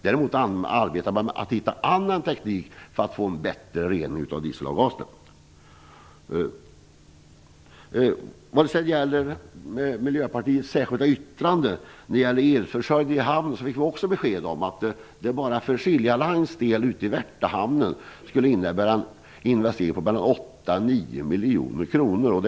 Däremot arbetar man för att hitta annan teknik för att få en bättre rening av dieselavgaserna. Vad gäller elförsörjningen i hamn, som Miljöpartiet har ett särskilt yttrande om, fick vi i går också beskedet att det för Silja Lines del i Värtahamnen skulle innebära en investering på mellan 8 och 9 miljoner kronor.